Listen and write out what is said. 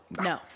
No